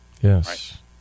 Yes